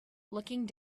looking